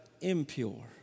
impure